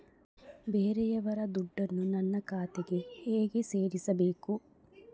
ಬೇರೆಯವರ ದುಡ್ಡನ್ನು ನನ್ನ ಖಾತೆಗೆ ಹೇಗೆ ಸೇರಿಸಬೇಕು?